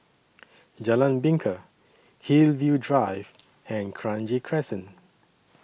Jalan Bingka Hillview Drive and Kranji Crescent